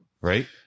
Right